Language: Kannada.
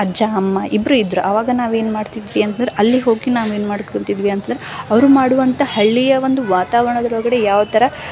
ಅಜ್ಜ ಅಮ್ಮ ಇಬ್ಬರು ಇದ್ದರು ಅವಾಗ ನಾವು ಏನು ಮಾಡ್ತಿದ್ವಿ ಅಂದ್ರೆ ಅಲ್ಲಿ ಹೋಗಿ ನಾನು ಏನ್ ಮಾಡ್ಕೊಳ್ತಿದ್ವಿ ಅಂತಂದ್ರೆ ಅವರು ಮಾಡುವಂಥ ಹಳ್ಳಿಯ ಒಂದು ವಾತಾವರಣದೊಳಗಡೆ ಯಾವ್ಥರ